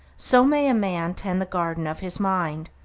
so may a man tend the garden of his mind,